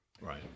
Right